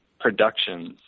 productions